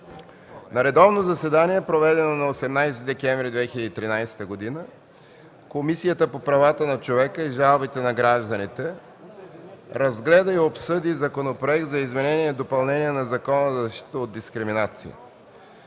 На редовно заседание, проведено на 18 декември 2013 г., Комисията по правата на човека и жалбите на гражданите разгледа и обсъди Законопроекта за изменение и допълнение на Закона за защита от дискриминация.